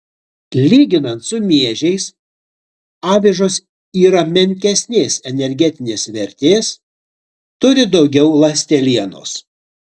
lyginant su miežiais avižos yra menkesnės energetinės vertės turi daugiau ląstelienos